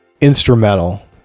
instrumental